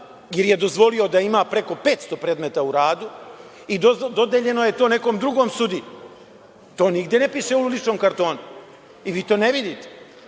jer je dozvolio da ima preko 500 predmeta u radu, i dodeljeno je to nekom drugom sudiji. To nigde ne piše u ličnom kartonu, i vi to ne vidite.